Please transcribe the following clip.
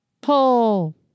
Pull